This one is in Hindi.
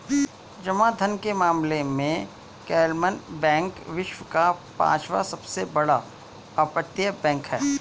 जमा धन के मामले में क्लमन बैंक विश्व का पांचवा सबसे बड़ा अपतटीय बैंक है